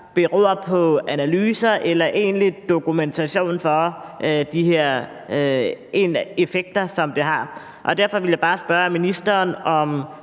beror på analyser eller egentlig dokumentation for de her effekter, som det har. Derfor vil jeg bare spørge ministeren, om